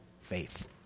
faith